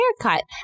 haircut